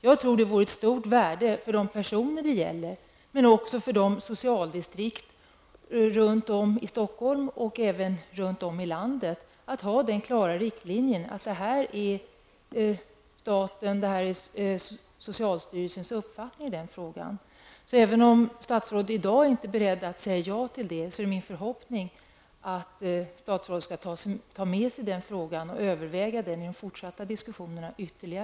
Jag tror att det vore av stort värde för de personer som berörs men också för socialdistrikten runt om i Stockholm och även i övriga delar av landet, om det fanns en klar riktlinje om att detta är statens och socialstyrelsens uppfattning i frågan. Även om statsrådet i dag inte är beredd att säga ja till detta, är det min förhoppning att statsrådet tar med sig frågan och ytterligare överväger den i de fortsatta diskussionerna.